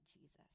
Jesus